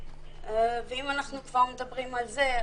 אם אנחנו כבר מדברים על זה,